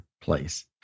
place